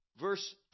verse